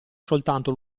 soltanto